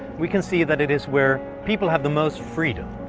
we can see that it is where people have the most freedom,